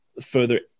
further